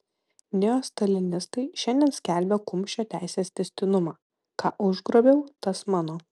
neostalinistai šiandien skelbia kumščio teisės tęstinumą ką užgrobiau tas mano